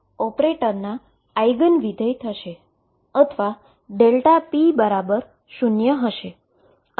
અને આ x ઓપરેટરના આઈગન ફંક્શન થશે અથવા Δp 0 હશે